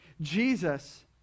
Jesus